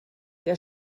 der